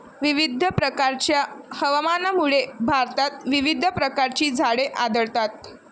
विविध प्रकारच्या हवामानामुळे भारतात विविध प्रकारची झाडे आढळतात